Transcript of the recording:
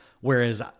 Whereas